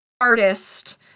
artist